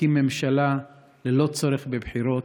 ולהקים ממשלה ללא צורך בבחירות,